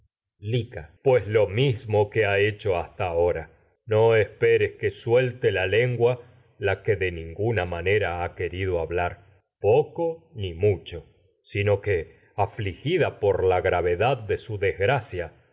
pues mismo que ha hecho hasta ahora no esperes ra que suelte la lengua la que de ninguna mane poco ha querido hablar ni mucho sino que afligida por la gravedad de su desgracia